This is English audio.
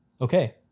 okay